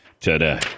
today